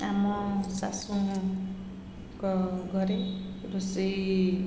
ଆମ ଶାଶୁଙ୍କ ଘରେ ରୋଷେଇ